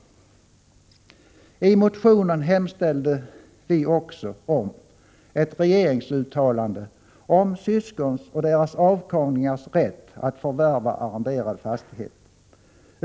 I motionen hemställde vi också om ett riksdagsuttalande om syskons och deras avkomlingars rätt att förvärva arrenderad fastighet.